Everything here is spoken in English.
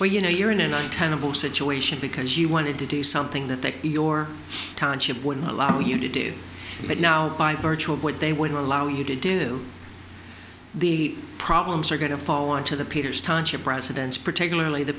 where you know you're in an untenable situation because you wanted to do something that they your township wouldn't allow you to do that now by virtue of what they would allow you to do the problems are going to fall into the peters township residents particularly the